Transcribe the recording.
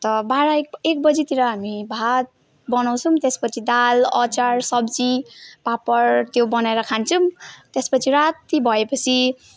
अन्त बाह्र एक एक बजीतिर हामी भात बनाउँछौँ त्यसपछि दाल अचार सब्जी पापड त्यो बनाएर खान्छौँ त्यसपछि राति भएपछि